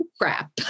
crap